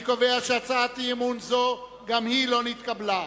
16. אני קובע שהצעת אי-אמון זו, גם היא לא נתקבלה.